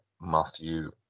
Matthew